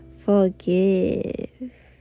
forgive